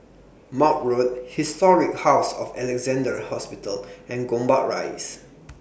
Maude Road Historic House of Alexandra Hospital and Gombak Rise